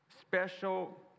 special